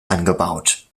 angebaut